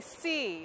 see